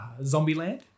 Zombieland